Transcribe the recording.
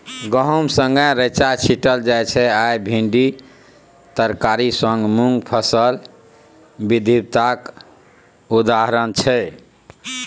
गहुम संगै रैंचा छीटल जाइ छै आ भिंडी तरकारी संग मुँग फसल बिबिधताक उदाहरण छै